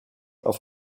auf